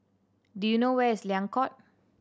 do you know where is Liang Court